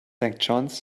john’s